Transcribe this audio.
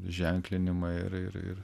ženklinimą ir ir ir